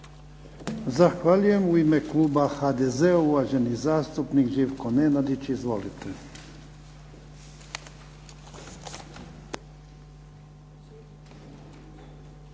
Zahvaljujem. U ime kluba HDZ-a uvaženi zastupnik Živko Nenadić. Izvolite.